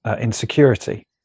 insecurity